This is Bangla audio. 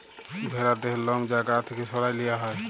ভ্যারার দেহর লম যা গা থ্যাকে সরাঁয় লিয়া হ্যয়